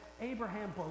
Abraham